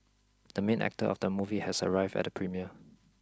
the main actor of the movie has arrived at the premiere